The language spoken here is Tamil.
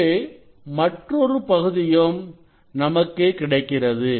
இங்கு மற்றொரு பகுதியும் நமக்கு கிடைக்கிறது